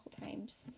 times